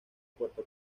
puerto